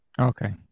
Okay